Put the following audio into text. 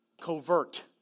covert